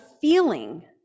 feeling